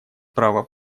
право